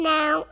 Now